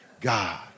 God